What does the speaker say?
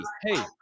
hey